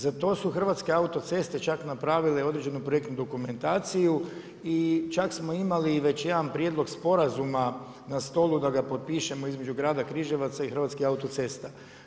Za to su Hrvatske autoceste čak napravile određenu projektnu dokumentaciju i čak smo imali i već jedan prijedlog sporazuma na stolu da ga potpišemo između grada Križevaca i Hrvatskih autocesta.